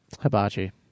Hibachi